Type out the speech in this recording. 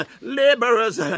laborers